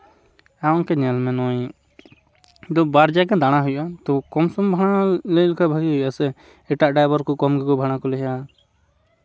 ᱟᱢᱜᱮ ᱧᱮᱞ ᱢᱮ ᱱᱚᱜᱼᱚᱭ ᱥᱩᱫᱷᱩ ᱵᱟᱨ ᱡᱟᱭᱜᱟ ᱫᱟᱬᱟ ᱦᱩᱭᱩᱜᱼᱟ ᱛᱳ ᱠᱚᱢᱥᱚᱢ ᱵᱷᱟᱲᱟ ᱞᱟᱹᱭ ᱞᱮᱠᱷᱟᱱ ᱵᱷᱟᱹᱜᱤ ᱦᱩᱭᱩᱜᱼᱟ ᱥᱮ ᱮᱴᱟᱜ ᱰᱟᱭᱵᱷᱟᱨ ᱠᱚ ᱠᱚᱢ ᱜᱮᱠᱚ ᱵᱷᱟᱲᱟ ᱠᱚ ᱞᱟᱹᱭᱟ